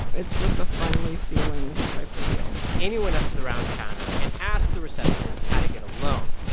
it's just a friendly feeling type of deal amy went up to the round counter and asked the receptionist how to get a loan.